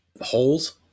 holes